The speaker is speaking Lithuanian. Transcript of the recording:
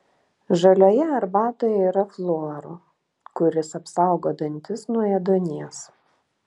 žalioje arbatoje yra fluoro kuris apsaugo dantis nuo ėduonies